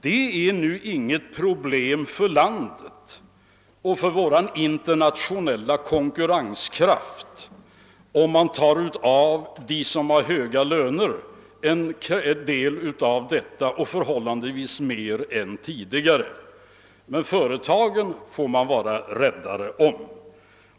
Det är nu inget problem för landet och dess internationella konkurrenskraft om man tar av dem som har höga löner en del av dessa och förhållandevis mer än tidigare. Men företagen får man vara mera aktsam om.